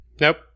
Nope